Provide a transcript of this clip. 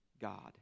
God